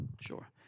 Sure